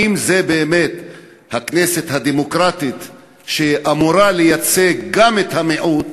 האם זו באמת הכנסת הדמוקרטית שאמורה לייצג גם את המיעוט,